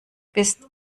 bist